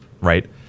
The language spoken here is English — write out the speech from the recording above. right